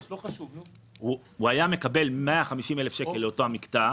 הוא היה מקבל 150,000 שקל לאותו מקטע